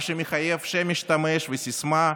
מה שמחייב שם משתמש וסיסמה,